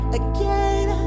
again